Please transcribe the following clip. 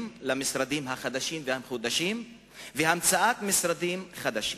למשרדים החדשים והמחודשים ובהמצאת משרדים חדשים.